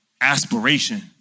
aspiration